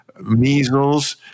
measles